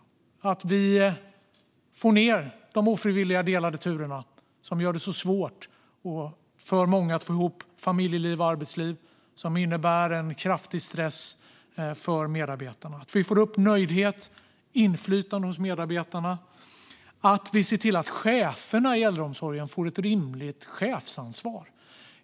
Vi behöver få ned antalet ofrivilliga delade turer som gör det svårt för många att få ihop familjeliv och arbetsliv och som innebär en kraftig stress för medarbetarna. Vi behöver få upp nöjdheten och inflytandet hos medarbetarna, och vi behöver se till att cheferna i äldreomsorgen får ett rimligt chefsansvar.